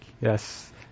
Yes